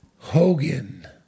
Hogan